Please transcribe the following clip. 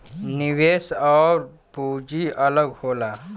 निवेश आउर पूंजी अलग होला